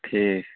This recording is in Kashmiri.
ٹھیٖک